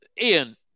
Ian